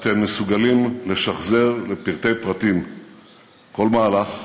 אתם מסוגלים לשחזר בפרטי פרטים כל מהלך,